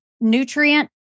Nutrient